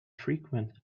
frequent